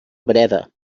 breda